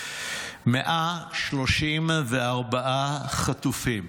134 חטופים,